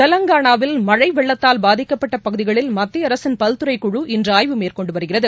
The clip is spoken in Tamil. தெலங்கானாவில் மழை வெள்ளத்தால் பாதிக்கப்பட்ட பகுதிகளை மத்திய அரசின் பல்துறை குழு இன்று ஆய்வு மேற்கொண்டு வருகிறது